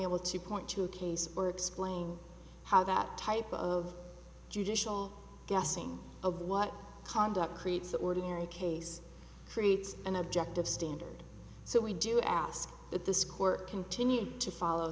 able to point to a case or explain how that type of judicial guessing of what conduct creates the ordinary case creates an objective standard so we do ask that this court continue to follow